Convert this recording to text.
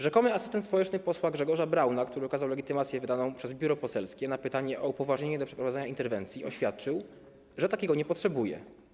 Rzekomy asystent społeczny posła Grzegorza Brauna, który okazał legitymację wydaną przez biuro poselskie, na pytanie o upoważnienie do przeprowadzania interwencji oświadczył, że takiego nie potrzebuje.